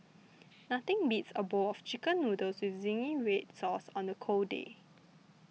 nothing beats a bowl of Chicken Noodles with Zingy Red Sauce on a cold day